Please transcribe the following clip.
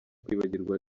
kwibagirwa